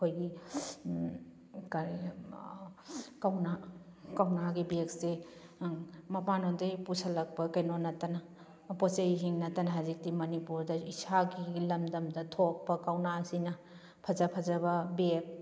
ꯑꯩꯈꯣꯏꯒꯤ ꯀꯔꯤ ꯀꯧꯅꯥ ꯀꯧꯅꯥꯒꯤ ꯕꯦꯒꯁꯦ ꯃꯄꯥꯟ ꯂꯣꯝꯗꯩ ꯄꯨꯁꯤꯜꯂꯛꯄ ꯀꯩꯅꯣ ꯅꯠꯇꯅ ꯄꯣꯠ ꯆꯩꯡ ꯁꯤꯅꯠꯇꯅ ꯍꯧꯖꯤꯛꯇꯤ ꯃꯅꯤꯄꯨꯔꯗ ꯏꯁꯥꯒꯤ ꯂꯝꯗꯝꯗ ꯊꯣꯛꯄ ꯀꯧꯅꯥꯁꯤꯅ ꯐꯖ ꯐꯖꯕ ꯕꯦꯒ